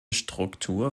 struktur